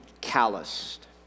calloused